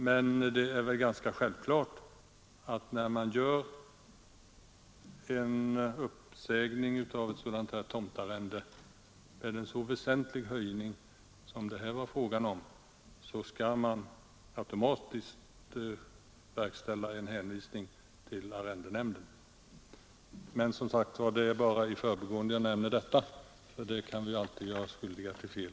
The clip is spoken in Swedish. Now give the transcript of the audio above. Det är väl ganska självklart att när man säger upp ett sådant här tomtarrende med en så väsentlig höjning som det här var fråga om, skall man automatiskt verkställa en hänvisning till arrendenämnden. Men det är som sagt var bara i förbigående jag nämner detta, för vi kan ju alla göra oss skyldiga till fel.